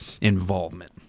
involvement